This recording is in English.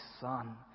son